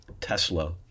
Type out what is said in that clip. Tesla